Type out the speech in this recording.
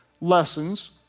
lessons